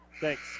Thanks